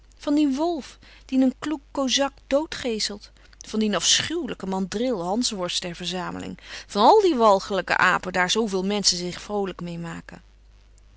van dien wolf dien een kloek kozak dood geeselt van dien afschuwelijken mandril hansworst der verzameling van al die walgelijke apen daar zooveel menschen zich vroolijk mee maken